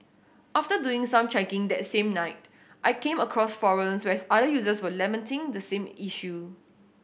after doing some checking that same night I came across forums where other users were lamenting the same issue